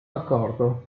accordo